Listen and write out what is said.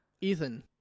Ethan